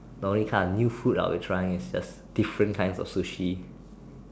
the only kind of new food I would try is just different kinds of sushi